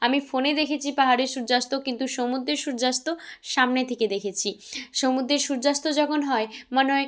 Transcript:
আমি ফোনে দেখেছি পাহাড়ের সূর্যাস্ত কিন্তু সমুদ্রের সূর্যাস্ত সামনে থেকে দেখেছি সমুদ্রের সূর্যাস্ত যখন হয় মনে হয়